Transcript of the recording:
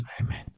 Amen